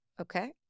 Okay